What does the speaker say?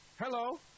Hello